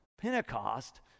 Pentecost